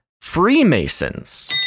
freemasons